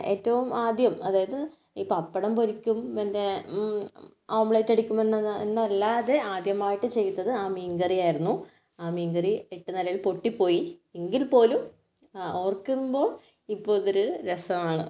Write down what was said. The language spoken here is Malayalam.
ഏറ്റവും ആദ്യം അതായത് ഈ പപ്പടം പൊരിക്കും പിന്നെ ഓംലെറ്റ് അടിക്കുമെന്നത് എന്ന് അല്ലാതെ ആദ്യമായിട്ട് ചെയ്തത് ആ മീൻ കറിയായിരുന്നു ആ മീൻ കറി എട്ടു നിലയിൽ പൊട്ടി പോയി എങ്കിൽപോലും ഓർക്കുമ്പോൾ ഇപ്പോൾ അതൊരു രസമാണ്